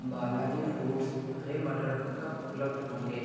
Balaji foods हरे मटर कब उपलब्ध होंगे